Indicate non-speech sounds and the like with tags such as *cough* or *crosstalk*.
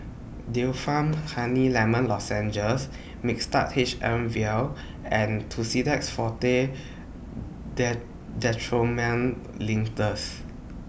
Difflam Honey Lemon Lozenges Mixtard H M Vial and Tussidex Forte *unintelligible* Linctus